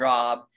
Rob